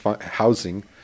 housing